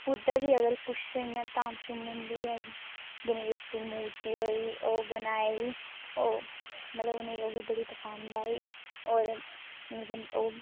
कुतै बी अगर कुछ इयां ताम शाम होंदी ऐ गनेश दी मूर्ती होई और बनाई मतलब उ'''नें गी ओह् बी बड़ी पसंद आई और इ'यां